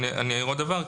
אני אעיר עוד דבר.